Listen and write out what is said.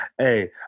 Hey